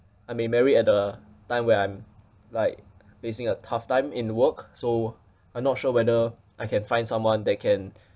I may marry at the time when I'm like facing a tough time in work so I'm not sure whether I can find someone that can